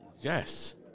yes